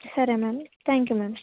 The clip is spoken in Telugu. సరే మ్యామ్ థ్యాంక్ యూ మ్యామ్